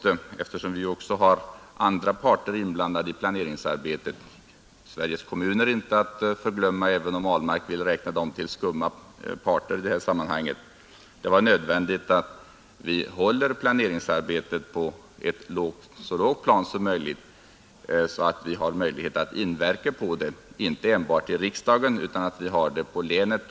Eftersom vi också har andra parter inblandade i planeringsarbetet — Sveriges kommuner inte att förglömma, även om herr Ahlmark i det här sammanhanget vill räkna dem till kategorin skumma parter — är det nödvändigt att vi håller planeringsarbetet på så lågt plan som möjligt. Därigenom kan vi påverka detta arbete inte enbart i riksdagen utan även i länen och kommunerna.